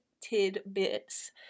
Tidbits